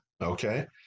okay